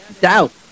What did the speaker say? doubt